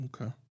Okay